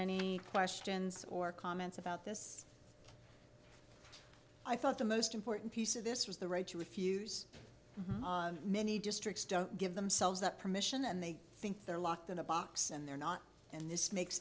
any questions or comments about this i thought the most important piece of this was the right to refuse many districts don't give themselves that permission and they think they're locked in a box and they're not and this makes